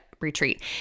retreat